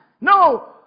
No